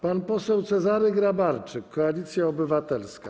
Pan poseł Cezary Grabarczyk, Koalicja Obywatelska.